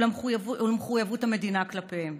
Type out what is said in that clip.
ואת מחויבות המדינה כלפיהם,